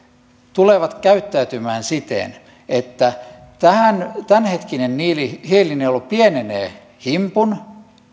tulevat käyttäytymään siten että tämänhetkinen hiilinielu pienenee himpun